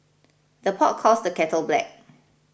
the pot calls the kettle black